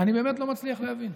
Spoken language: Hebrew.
אני באמת לא מצליח להבין.